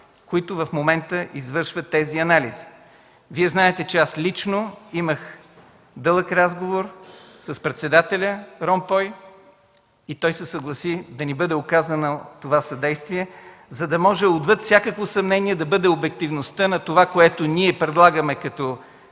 които в момента извършват тези анализи. Вие знаете, че аз лично имах дълъг разговор с председателя Ромпой и той се съгласи да ни бъде оказано това съдействие, за да може извън всякакво съмнение да бъде обективността на това, което ние предлагаме като анализ,